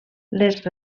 les